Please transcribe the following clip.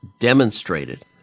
demonstrated